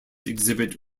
exhibit